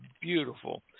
beautiful